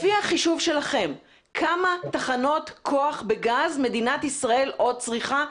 לפי החישוב שלכם כמה תחנות כוח בגז מדינת ישראל עוד צריכה.